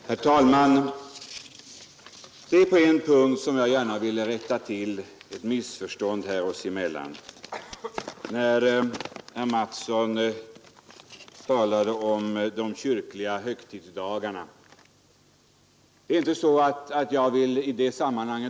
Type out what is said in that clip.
Herr Mattsson i Lane-Herrestad talade om de kyrkliga högtidsdagarna, men jag vill gärna rätta till ett missförstånd oss emellan på en punkt. Jag vill inte ha en förändring till stånd i detta sammanhang.